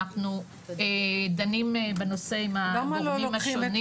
אנחנו דנים בנושא עם הגורמים השונים.